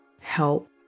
help